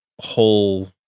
whole